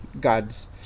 God's